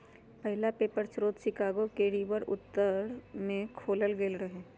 पहिला पेपर स्रोत शिकागो के रिवर उत्तर में खोलल गेल रहै